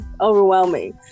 overwhelming